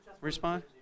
respond